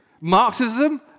Marxism